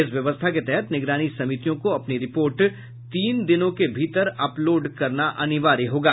इस व्यवस्था के तहत निगरानी समितियों को अपनी रिपोर्ट तीन दिनों के भीतर अपलोड करना अनिवार्य होगा